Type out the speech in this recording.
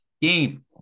game